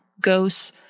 ghosts